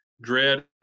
dread